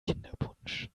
kinderpunsch